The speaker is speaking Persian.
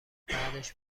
بعدش